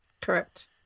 Correct